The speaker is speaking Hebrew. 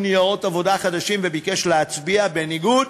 ניירות עבודה חדשים וביקש להצביע בניגוד,